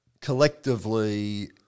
collectively